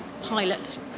pilots